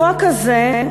החוק הזה,